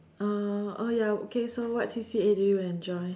uh oh ya okay so what C_C_A did you enjoy